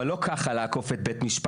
אבל לא ככה לעקוף את בית משפט,